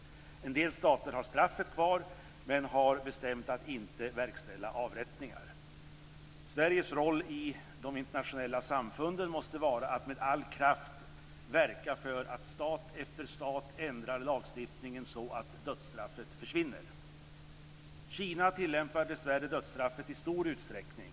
En del stater har straffet kvar men har bestämt att inte verkställa avrättningar. Sveriges roll i de internationella samfunden måste vara att med all kraft verka för att stat efter stat ändrar lagstiftningen så att dödsstraffet försvinner. Kina tillämpar dessvärre dödsstraffet i stor utsträckning.